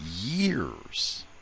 Years